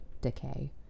decay